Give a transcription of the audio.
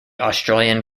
australian